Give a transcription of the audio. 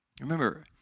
Remember